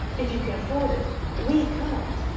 if you can afford it, we can't.